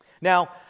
Now